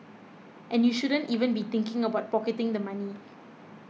and you shouldn't even be thinking about pocketing the money